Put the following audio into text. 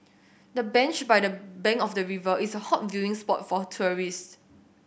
the bench by the bank of the river is a hot viewing spot for tourists